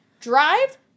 Drive